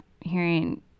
hearing